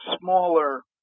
smaller